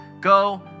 go